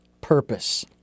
purpose